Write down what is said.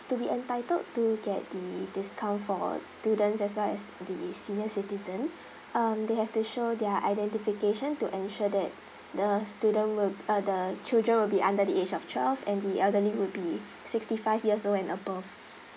to be entitled to get the discount for students as well as the senior citizen um they have to show their identification to ensure that the student will uh the children will be under the age of twelve and the elderly will be sixty five years old and above